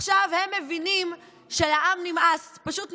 עכשיו הם מבינים שלעם נמאס, פשוט נמאס.